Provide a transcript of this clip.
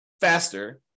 faster